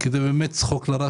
כי זה באמת לעג לרש,